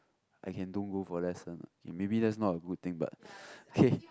I can don't go for lesson okay maybe that's not a good thing but okay